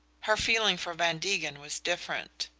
her feeling for van degen was different.